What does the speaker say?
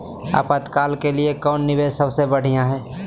आपातकाल के लिए कौन निवेस सबसे बढ़िया है?